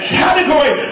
category